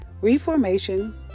Reformation